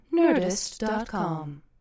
nerdist.com